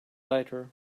lighter